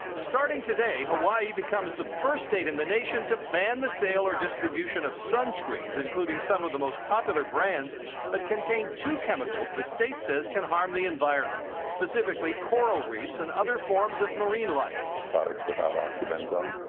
starting today, hawaii becomes the first state in the nation to ban the sale or distribution of sunscreens, including some of the most popular brands that contain two chemicals the state says can harm the environment. specifically, coral reefs and other forms of marine life. products without oxybenzone